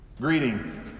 Greeting